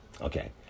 Okay